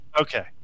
Okay